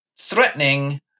threatening